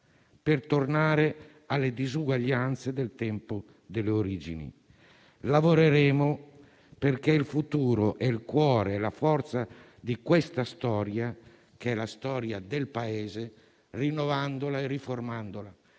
per tornare alle disuguaglianze del tempo delle origini. (...) Lavoreremo perché il futuro abbia il cuore e la forza di questa storia, che è la storia del Paese, rinnovandola e riformandola,